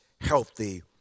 healthy